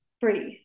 breathe